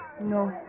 No